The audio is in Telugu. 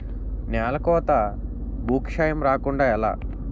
నేలకోత భూక్షయం రాకుండ ఎలా?